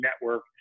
network